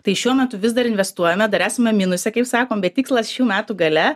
tai šiuo metu vis dar investuojame dar esame minuse kaip sakom bet tikslas šių metų gale